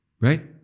Right